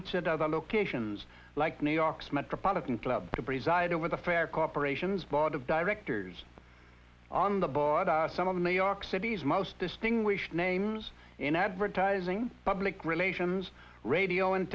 at other locations like new york's metropolitan club to preside over the fair corporation's board of directors on the board some of the new york city's most distinguished names in advertising public relations radio and